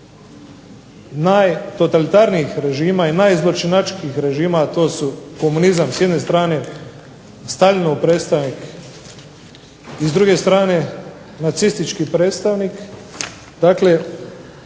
najtotalitarnijih režima i najzločinačkijih režima a to su komunizam s jedne strane, Staljinov predstavnik s druge strane i s druge strane nacistički predstavnik. Dakle,